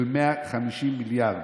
של 150 מיליארד,